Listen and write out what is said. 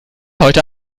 heute